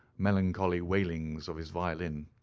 melancholy wailings of his violin,